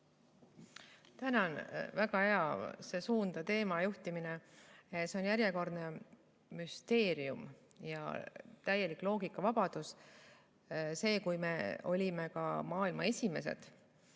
Tänan väga heasse suunda teema juhtimise eest! See on järjekordne müsteerium ja täielik loogikavabadus. Siis, kui olime maailmas esimesed